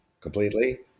completely